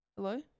hello